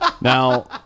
Now